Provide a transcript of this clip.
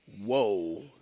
Whoa